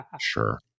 sure